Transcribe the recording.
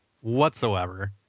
whatsoever